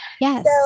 Yes